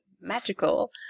Magical